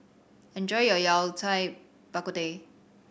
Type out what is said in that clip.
enjoy your Yao Cai Bak Kut Teh